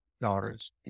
daughters